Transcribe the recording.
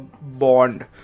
bond